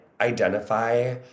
Identify